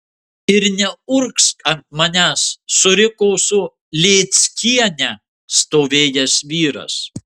ir neurgzk ant manęs suriko su lėckiene stovėjęs vyras